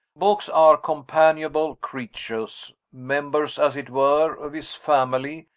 books are companionable creatures members, as it were, of his family,